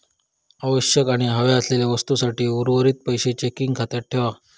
आवश्यक आणि हव्या असलेल्या वस्तूंसाठी उर्वरीत पैशे चेकिंग खात्यात ठेवा